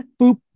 boop